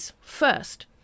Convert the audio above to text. first